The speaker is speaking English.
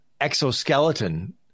exoskeleton